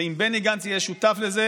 ואם בני גנץ יהיה שותף לזה